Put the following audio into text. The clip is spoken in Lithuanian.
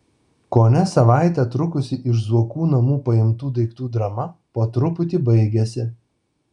kone savaitę trukusi iš zuokų namų paimtų daiktų drama po truputį baigiasi